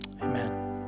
Amen